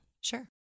sure